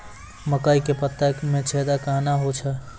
मकई के पत्ता मे छेदा कहना हु छ?